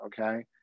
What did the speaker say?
okay